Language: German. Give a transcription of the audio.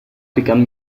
begann